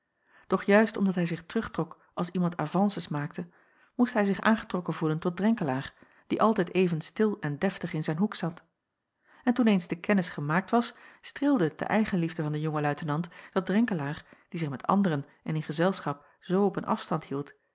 doch juist omdat hij zich terugtrok als iemand avances maakte moest hij zich aangetrokken voelen tot drenkelaer die altijd even stil en deftig in zijn hoek zat en toen eens de kennis gemaakt was streelde het de eigenliefde van den jongen luitenant dat drenkelaer die zich met anderen en in gezelschap zoo op een afstand hield